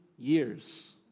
years